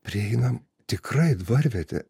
prieinam tikrai dvarvietė